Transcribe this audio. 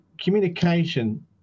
communication